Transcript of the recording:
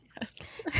Yes